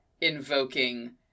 invoking